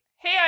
hey